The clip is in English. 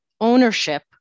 ownership